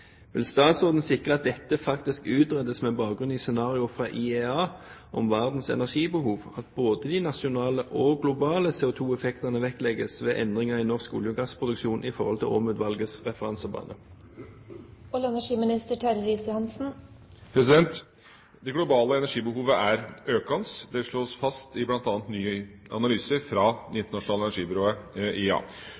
Vil statsråden sikre at dette faktisk utredes med bakgrunn i scenarioer fra IEA om verdens energibehov, at både de nasjonale og globale CO2-effektene vektlegges ved endringer i norsk olje/gassproduksjon i forhold til Åm-utvalgets referansebane?» Det globale energibehovet er økende. Det slås fast bl.a. i ny analyse fra Det